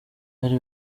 ari